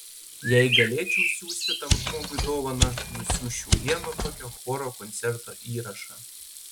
jei galėčiau siųsti tam žmogui dovaną nusiųsčiau vieno tokio choro koncerto įrašą